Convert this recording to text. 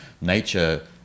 Nature